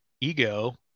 ego